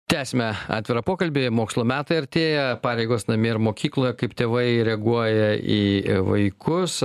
tęsiame atvirą pokalbį mokslo metai artėja pareigos namie ir mokykloje kaip tėvai reaguoja į vaikus